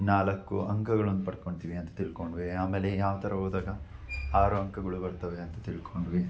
ನಾಲ್ಕು ಅಂಕಗಳನ್ನ ಪಡ್ಕೊತೀವಿ ಅಂತ ತಿಳ್ಕೊಂಡ್ವಿ ಆಮೇಲೆ ಯಾವ ಥರ ಹೋದಾಗ ಆರು ಅಂಕಗಳು ಬರ್ತವೆ ಅಂತ ತಿಳ್ಕೊಂಡ್ವಿ